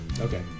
Okay